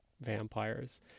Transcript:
vampires